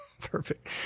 Perfect